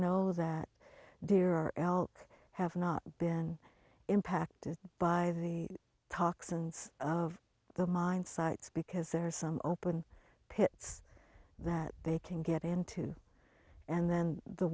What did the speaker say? know that deer elk have not been impacted by the toxins of the mine sites because there are some open pits that they can get into and then the